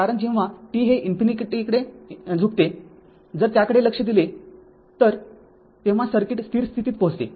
कारण जेव्हा t हे ∞ कडे झुकते जर त्याकडे लक्ष दिले तर तेव्हा सर्किट स्थिर स्थितीत पोहोचते